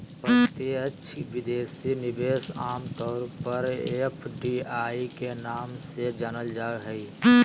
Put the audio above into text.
प्रत्यक्ष विदेशी निवेश आम तौर पर एफ.डी.आई के नाम से जानल जा हय